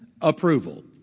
approval